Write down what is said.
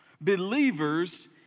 believers